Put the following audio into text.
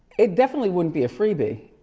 it definitely wouldn't be a freebie.